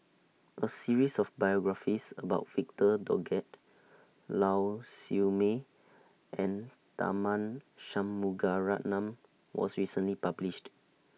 A series of biographies about Victor Doggett Lau Siew Mei and Tharman Shanmugaratnam was recently published